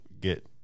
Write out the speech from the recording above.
get